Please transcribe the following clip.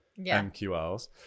MQLs